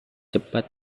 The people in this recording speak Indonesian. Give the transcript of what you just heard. cepat